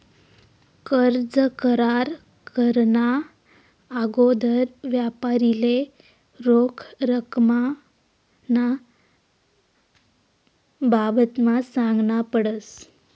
कर्ज करार कराना आगोदर यापारीले रोख रकमना बाबतमा सांगनं पडस